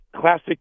classic